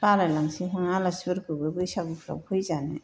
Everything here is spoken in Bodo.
बालायलाङोसोहां आलासिफोरखौबो बैसागुफ्राव फैजानो